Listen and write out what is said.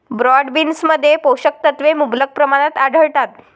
broad बीन्समध्ये पोषक तत्वे मुबलक प्रमाणात आढळतात